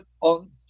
on